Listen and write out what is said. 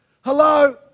hello